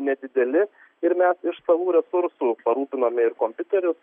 nedideli ir mes iš savų resursų parūpinome ir kompiuterius